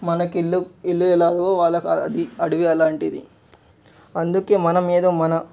మనకు ఇల్లు ఇల్లు ఎలాగో వాళ్ళకు అది అడవి అలాంటిది అందుకే మనము ఏదో మన